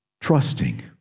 trusting